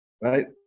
right